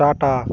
Tata